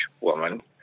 woman